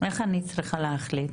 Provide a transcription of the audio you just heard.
איך אני צריכה להחליט